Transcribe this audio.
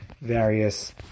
various